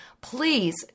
please